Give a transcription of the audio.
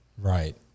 Right